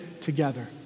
together